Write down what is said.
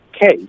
case